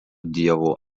dievo